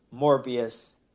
Morbius